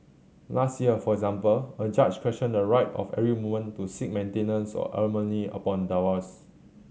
last year for example a judge questioned the right of every woman to seek maintenance or alimony upon divorce